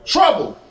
Trouble